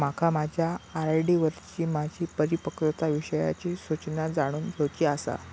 माका माझ्या आर.डी वरची माझी परिपक्वता विषयची सूचना जाणून घेवुची आसा